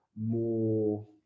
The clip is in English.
more